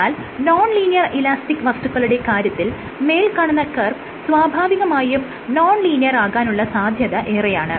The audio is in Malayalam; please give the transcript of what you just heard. എന്നാൽ നോൺ ലീനിയർ ഇലാസ്റ്റിക് വസ്തുക്കളുടെ കാര്യത്തിൽ മേല്കാണുന്ന കർവ് സ്വാഭാവികമായും നോൺ ലീനിയർ ആകാനുള്ള സാധ്യത ഏറെയാണ്